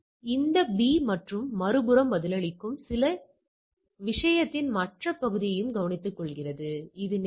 எனவே இது ஒருமுனை என்றால் நாம் 95 க்கு எடுத்துக்கொள்கிறோம் இது 11